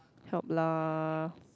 help lah